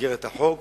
במסגרת החוק